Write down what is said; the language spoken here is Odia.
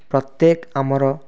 ପ୍ରତ୍ୟେକ ଆମର